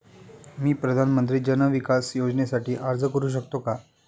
मी प्रधानमंत्री जन विकास योजनेसाठी अर्ज करू शकतो का?